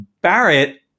Barrett